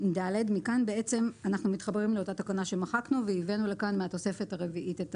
מכאן אנחנו מתחברים לאותה תקנה שמחקנו וייבאנו לכאן מהתוספת הרביעית.